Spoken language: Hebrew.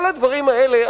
כל הדברים האלה,